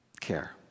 care